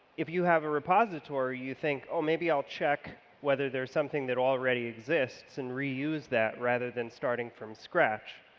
if you have a repository, you think oh, maybe i'll check whether there's something that already exists and reuse that rather than starting from scratch,